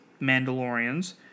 mandalorians